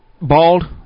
Bald